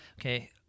Okay